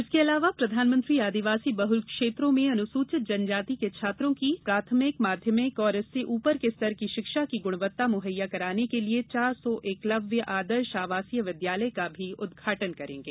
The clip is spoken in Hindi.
इसके अलावा प्रधानमंत्री आदिवासी बहुल क्षेत्रों में अनुसूचित जनजाति के छात्रों की प्राथमिक माध्यमिक और इससे ऊपर के स्तर की शिक्षा की गुणवत्ता मुहैया कराने के लिए चार सौ एकलव्य आदर्श आवासीय विद्यालय का भी उद्घाटन करेंगे